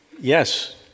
Yes